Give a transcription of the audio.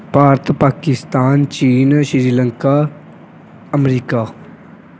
Bharat Pakistan Cheen Sri Lanka America